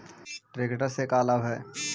Tractor से का लाभ है?